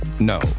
no